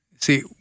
see